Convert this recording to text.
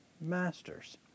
masters